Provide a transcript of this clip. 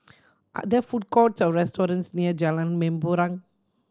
are there food courts or restaurants near Jalan Mempurong